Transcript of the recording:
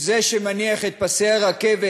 הוא זה שמניח את פסי הרכבת,